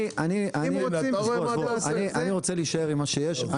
אני רוצה להישאר עם מה שיש.